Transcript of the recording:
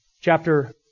Chapter